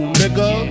nigga